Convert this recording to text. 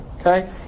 Okay